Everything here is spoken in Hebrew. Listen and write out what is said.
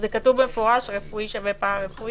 זה כתוב במפורש, שרפואי שווה פרא-רפואי?